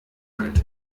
kalt